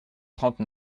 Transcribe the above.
trente